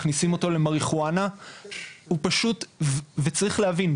מכניסים אותו למריחואנה וצריך להבין,